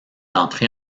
entré